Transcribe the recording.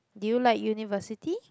do you like University